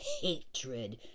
hatred